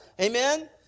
amen